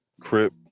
crip